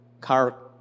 car